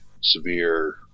severe